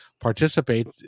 participate